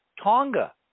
Tonga